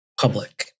public